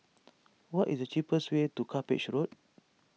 what is the cheapest way to Cuppage Road